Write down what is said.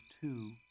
two